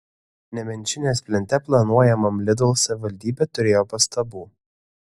nemenčinės plente planuojamam lidl savivaldybė turėjo pastabų